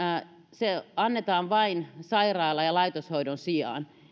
se annetaan vain sairaala ja laitoshoidon sijaan